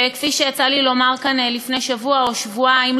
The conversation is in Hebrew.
שכפי שיצא לי לומר כאן לפני שבוע או שבועיים,